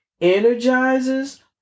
energizes